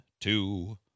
two